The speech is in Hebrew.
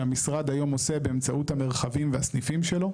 שהמשרד היום עושה באמצעות המרחבים והסניפים שלו,